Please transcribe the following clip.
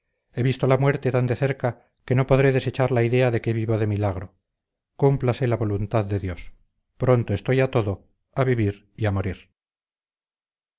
he visto la muerte tan de cerca que no podré desechar la idea de que vivo de milagro cúmplase la voluntad de dios pronto estoy a todo a vivir y a morir